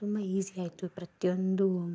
ತುಂಬ ಈಸಿ ಆಯಿತು ಪ್ರತಿಯೊಂದು